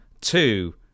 two